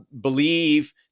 Believe